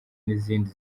n’izindi